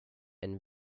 and